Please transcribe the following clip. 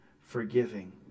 forgiving